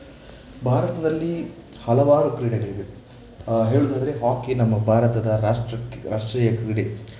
ಭಾರತದಲ್ಲಿ ಹಲವಾರು ಕ್ರೀಡೆಗಳಿವೆ ಹೇಳುವುದಾದ್ರೆ ಹಾಕಿ ನಮ್ಮ ಭಾರತದ ರಾಷ್ಟ್ರ ರಾಷ್ಟ್ರೀಯ ಕ್ರೀಡೆ